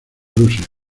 rusia